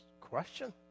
question